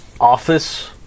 Office